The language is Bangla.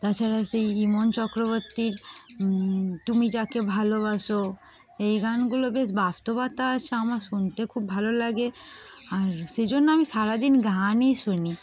তাছাড়া সেই ইমন চক্রবর্তীর তুমি যাকে ভালোবাসো এই গানগুলো বেশ বাস্তবতা আছে আমার শুনতে খুব ভালো লাগে আর সেই জন্য আমি সারাদিন গানই শুনি